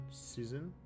season